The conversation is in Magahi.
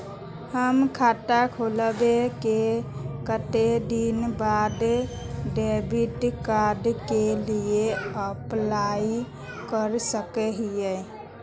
हम खाता खोलबे के कते दिन बाद डेबिड कार्ड के लिए अप्लाई कर सके हिये?